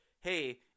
hey –